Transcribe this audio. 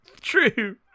True